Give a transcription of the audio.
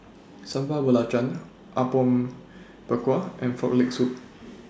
Sambal Belacan Apom Berkuah and Frog Leg Soup